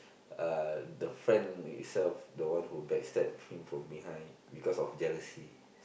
uh the friend itself the one who backstab him from behind because of jealousy